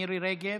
מירי רגב,